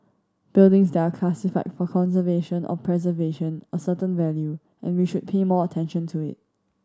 buildings that are classified for conservation or preservation a certain value and we should pay more attention to it